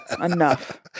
Enough